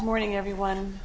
morning everyone